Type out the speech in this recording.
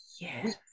yes